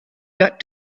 got